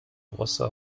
rossa